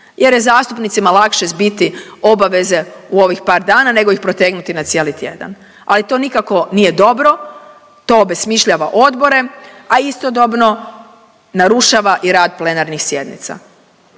jer je zastupnicima lakše zbiti obaveze u ovih par dana nego ih protegnuti na cijeli tjedan, ali to nikako nije dobro, to obesmišljava odbore, a istodobno narušava i rad plenarnih sjednica.